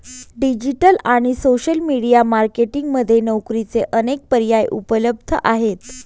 digital आणि social media marketing मध्ये नोकरीचे अनेक पर्याय उपलब्ध आहेत